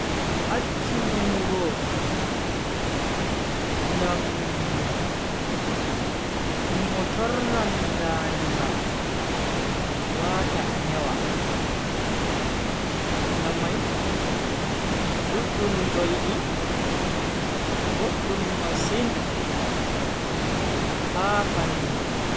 Acchu numugo, ngam numo torran ngaandi ma wata a nyawa. ngam mai duddunu doidi boddum masin ha bandu.